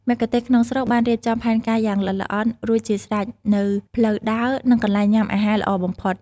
មគ្គុទ្ទេសក៍ក្នុងស្រុកបានរៀបចំផែនការយ៉ាងល្អិតល្អន់រួចជាស្រេចនូវផ្លូវដើរ និងកន្លែងញ៉ាំអាហារល្អបំផុត